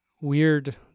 weird